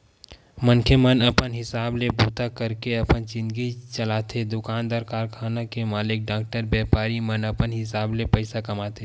मनखे मन अपन हिसाब ले बूता करके अपन जिनगी चलाथे दुकानदार, कारखाना के मालिक, डॉक्टर, बेपारी मन अपन हिसाब ले पइसा कमाथे